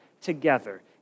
together